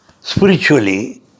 spiritually